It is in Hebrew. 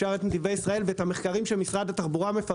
אפשר את נתיבי ישראל ואת המחקרים שמפרסם משרד התחבורה.